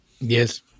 Yes